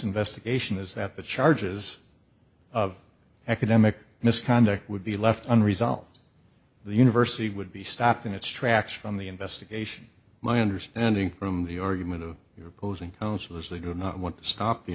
investigation is that the charges of academic misconduct would be left unresolved the university would be stopped in its tracks from the investigation my understanding from the argument of your opposing counsel is they do not want to stop the